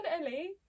ellie